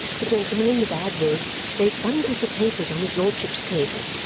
the gentleman in the bag wig laid bundles of papers on his lordship's table,